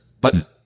Button